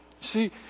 See